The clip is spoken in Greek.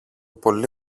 πολύ